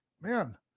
man